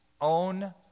own